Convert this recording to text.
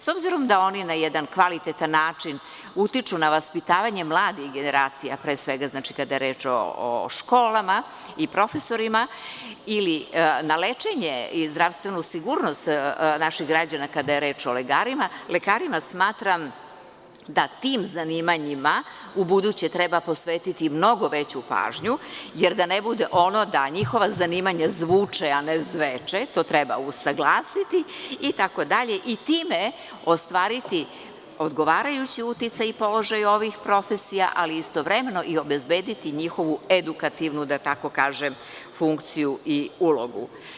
S obzirom da oni na jedan kvalitetan način utiču na vaspitavanje mladih generacija, pre svega kada je reč o školama i profesorima, ili na lečenje i zdravstvenu sigurnost naših građana, kada je reč o lekarima, smatram da tim zanimanjima ubuduće treba posvetiti mnogo veću pažnju, da ne bude ono da njihova zanimanja zvuče, a ne zveče, to treba usaglasiti itd, i time ostvariti odgovarajući uticaj i položaj ovih profesija, ali istovremeno i obezbediti njihovu edukativnu, da tako kažem, funkciju i ulogu.